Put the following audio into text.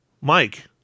Mike